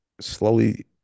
slowly